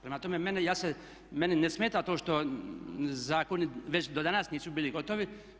Prema tome meni ne smeta to što zakoni već do danas nisu bili gotovi.